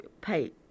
pay